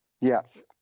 Yes